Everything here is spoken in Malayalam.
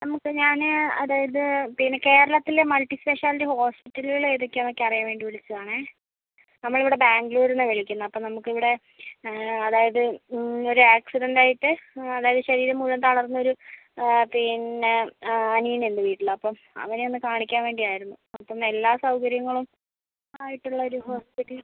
നമുക്ക് ഞാൻ അതായത് പിന്നെ കേരളത്തിലെ മൾട്ടി സ്പെഷ്യാലിറ്റി ഹോസ്പിറ്റലുകൾ ഏതൊക്കെയാണെന്ന് ഒക്കെ അറിയാൻ വേണ്ടി വിളിച്ചതാണേ നമ്മൾ ഇവിടെ ബാംഗ്ലൂരിൽ നിന്നാണ് വിളിക്കുന്നത് അപ്പം നമുക്ക് ഇവിടെ അതായത് ഇന്ന് ഒരു ആക്സിഡന്റ് ആയിട്ട് അതായത് ശരീരം മുഴുവൻ തളർന്നൊരു പിന്നെ അനിയൻ ഉണ്ട് വീട്ടിൽ അപ്പം അവനെ ഒന്ന് കാണിക്കാൻ വേണ്ടി ആയിരുന്നു അപ്പം എല്ലാ സൗകര്യങ്ങളും ആയിട്ടുള്ള ഒരു ഹോസ്പിറ്റൽ